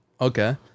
okay